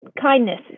kindness